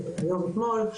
אתמול,